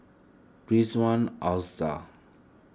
Ridzwan Oza